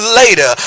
later